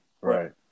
right